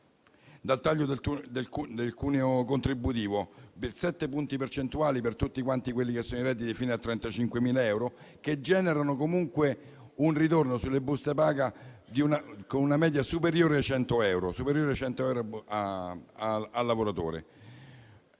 dal taglio del cuneo contributivo di 7 punti percentuali per tutti i redditi fino a 35.000 euro, che generano comunque un ritorno sulle buste paga con una media superiore ai 100 euro a lavoratore.